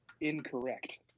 Incorrect